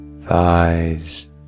thighs